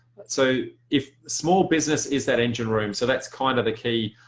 so if small business is that engine room so that's kind of the key.